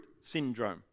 syndrome